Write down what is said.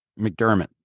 McDermott